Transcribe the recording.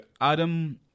Adam